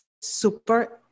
super